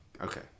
okay